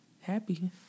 happy